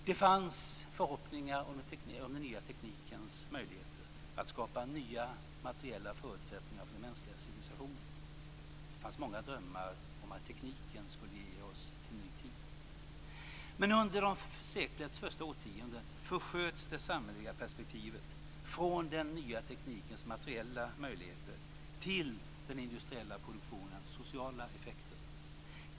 Det fanns förhoppningar om den nya teknikens möjligheter att skapa nya materiella förutsättningar för den mänskliga civilisationen. Det fanns många drömmar om att tekniken skulle ge oss en ny tid. Men under seklets första årtionden försköts det samhälleliga perspektivet från den nya teknikens materiella möjligheter till den industriella produktionens sociala effekter.